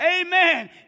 Amen